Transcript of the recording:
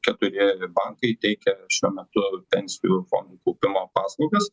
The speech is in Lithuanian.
keturi bankai teikia šiuo metu pensijų fondų kaupimo paslaugas